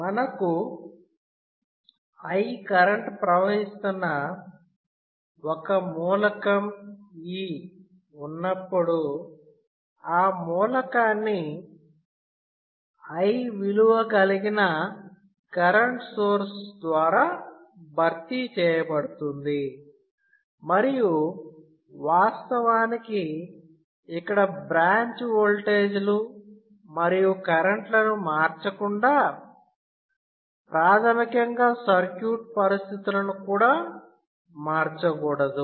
మనకు I current ప్రవహిస్తున్న ఒక మూలకం E ఉన్నప్పుడు ఆ మూలకాన్ని I విలువ కలిగిన కరెంట్ సోర్స్ ద్వారా భర్తీ చేయబడుతుంది మరియు వాస్తవానికి ఇక్కడ బ్రాంచ్ వోల్టేజ్లు మరియు కరెంట్లను మార్చకుండా ప్రాథమికంగా సర్క్యూట్ పరిస్థితులను కూడా మార్చకూడదు